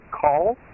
call